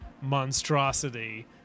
monstrosity